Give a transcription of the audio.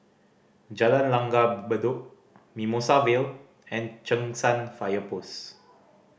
Jalan Langgar Bedok Mimosa Vale and Cheng San Fire Post